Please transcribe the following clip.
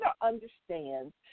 understands